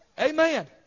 Amen